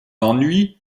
ennuis